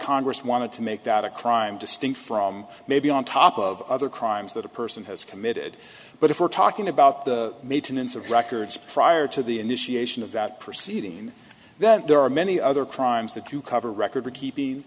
congress wanted to make that a crime distinct from maybe on top of other crimes that a person has committed but if we're talking about the maintenance of records prior to the initiation of that proceeding that there are many other crimes that you cover record keeping